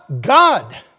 God